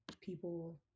people